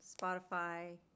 Spotify